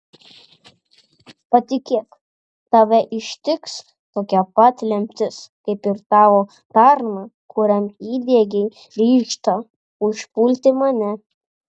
patikėk tave ištiks tokia pat lemtis kaip ir tavo tarną kuriam įdiegei ryžtą užpulti mane